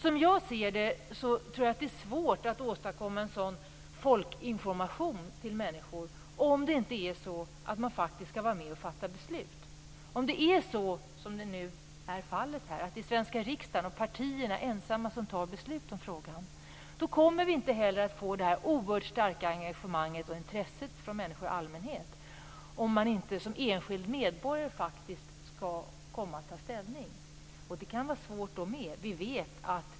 Som jag ser det är det svårt att åstadkomma en folkinformation, om människor inte faktiskt skall vara med om att fatta beslut. Om det är så, som nu faktiskt är fallet, att partierna i den svenska riksdagen ensamma skall ta beslut i frågan, kommer vi inte heller att få det oerhört starka engagemang och intresse från människor i allmänhet som uppstår om de enskilda medborgarna faktiskt har att ta ställning. Det kan vara svårt också då.